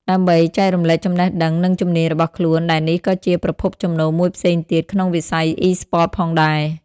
ដើម្បីចែករំលែកចំណេះដឹង និងជំនាញរបស់ខ្លួន ដែលនេះក៏ជាប្រភពចំណូលមួយផ្សេងទៀតក្នុងវិស័យអុីស្ព័ត ផងដែរ។